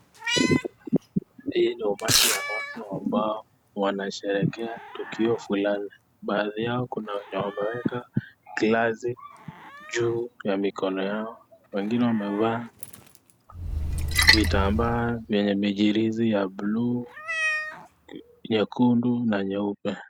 Hii ni umati ambao wanasherekea tukio fulani baadhi yao kuna wenye wameweka glasi juu ya mikono yao wengine wamevaa vitambaa vyenye michirizi ya buluu nyekundu na nyeupe.